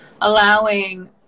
allowing